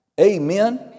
Amen